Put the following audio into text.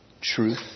truth